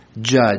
judge